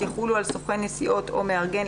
יחולו על סוכן נסיעות או מארגן,